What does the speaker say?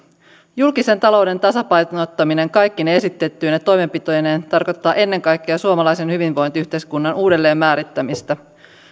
julkisen talouden tasapainottaminen kaikkine esitettyine toimenpiteineen tarkoittaa ennen kaikkea suomalaisen hyvinvointiyhteiskunnan uudelleenmäärittämistä